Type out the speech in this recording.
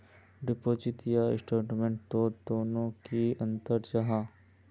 Deposit या investment तोत दोनों डात की अंतर जाहा?